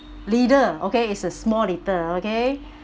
leader okay it's a small leader okay